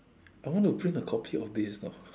I want to print a copy of this you know